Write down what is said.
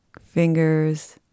fingers